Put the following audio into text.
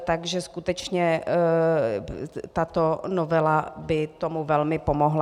Takže skutečně tato novela by tomu velmi pomohla.